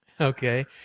Okay